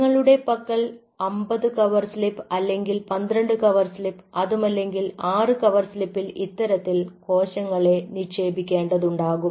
നിങ്ങളുടെ പക്കൽ 50 കവർ സ്ലിപ്അല്ലെങ്കിൽ 12 കവർ സ്ലിപ് അതുമല്ലെങ്കിൽ 6 കവർ സ്ലിപ്പിൽ ഇത്തരത്തിൽ കോശങ്ങളെ നിക്ഷേപിക്കേണ്ടതുണ്ടാകും